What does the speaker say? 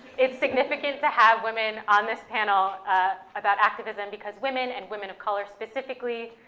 it's significant to have women on this panel about activism because women, and women of color specifically,